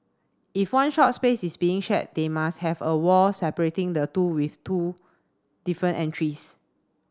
if one shop space is being share they must have a wall separating the two with two different entries